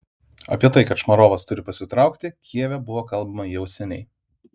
apie tai kad šmarovas turi pasitraukti kijeve buvo kalbama jau seniai